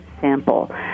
sample